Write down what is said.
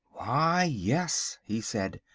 why, yes, he said,